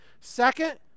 Second